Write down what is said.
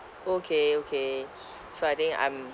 okay okay so I think I'm